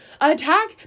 attack